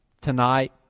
tonight